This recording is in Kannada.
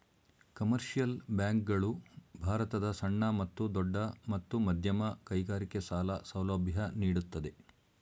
ಕಮರ್ಷಿಯಲ್ ಬ್ಯಾಂಕ್ ಗಳು ಭಾರತದ ಸಣ್ಣ ಮತ್ತು ದೊಡ್ಡ ಮತ್ತು ಮಧ್ಯಮ ಕೈಗಾರಿಕೆ ಸಾಲ ಸೌಲಭ್ಯ ನೀಡುತ್ತದೆ